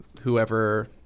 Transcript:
whoever